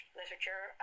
literature